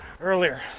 earlier